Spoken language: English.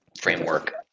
framework